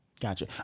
Gotcha